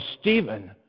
Stephen